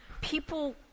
people